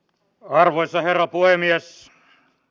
arvoisa puhemies